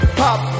pop